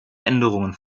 änderungen